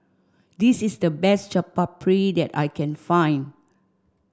this is the best Chaat Papri that I can find